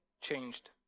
changed